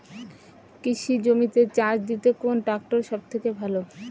কৃষি জমিতে চাষ দিতে কোন ট্রাক্টর সবথেকে ভালো?